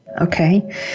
Okay